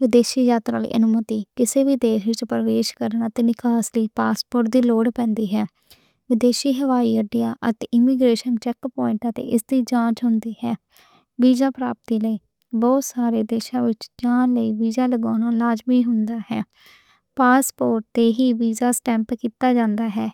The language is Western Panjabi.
ودیشی یاترا لئی انومتی۔ کسی وی دیش وچ پرویس کرن دی انومتی تے لکھت اتے پاسپورٹ لوڑ پہندی ہے۔ ودیشی ہوائی اڈے اتے امیگریشن چیک پوائنٹ تے اس لئی جانچ ہوندی ہے۔ ویزا پرابتی لئی بہت سارے دیشاں وچ ویزا لازمی ہوندا ہے۔ پاسپورٹ تے ہی ویزا اسٹیمپ کیتا جاندا ہے۔